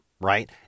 right